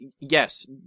yes